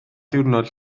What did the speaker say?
diwrnod